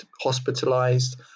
hospitalized